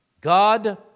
God